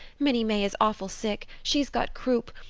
minnie may is awful sick she's got croup.